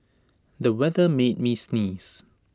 the weather made me sneeze